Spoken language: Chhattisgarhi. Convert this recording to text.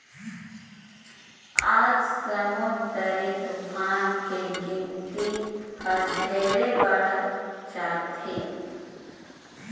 आज समुददरी तुफान के गिनती हर ढेरे बाढ़त जात हे